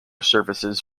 services